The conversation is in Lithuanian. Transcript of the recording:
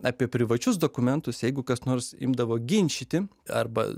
apie privačius dokumentus jeigu kas nors imdavo ginčyti arba